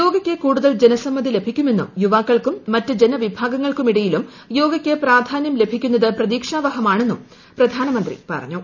യോഗയ്ക്ക് കൂടുതൽ ജനസമ്മതി ലഭിക്കുമെന്നും യുവാക്കൾക്കും മറ്റ് ജനവിഭാഗങ്ങൾക്കിടയിലും യോഗയ്ക്ക് പ്രാധാന്യം ലഭിക്കുന്നത് പ്രതീക്ഷാവഹമാണെന്നും പ്രധാനമന്ത്രി പറഞ്ഞു